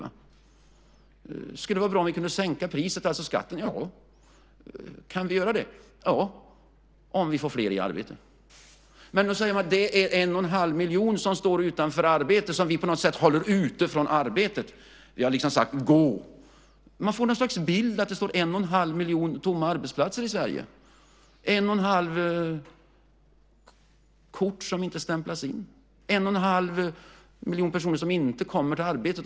Det skulle vara bra om vi kunde sänka priset, alltså skatten. Kan vi göra det? Ja, om vi får fler i arbete. Det är 11⁄2 miljon som står utan arbete och som vi på något sätt håller utanför arbetsmarknaden. Vi har liksom sagt: Gå! Man får något slags bild av att 11⁄2 miljon arbetsplatser står tomma i Sverige, 11⁄2 miljon kort som inte stämplas in, 11⁄2 miljon människor som inte kommer till arbetet.